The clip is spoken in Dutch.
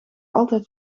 altijd